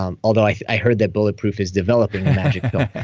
um although i heard that bulletproof is developing the magic pill.